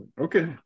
Okay